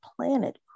planet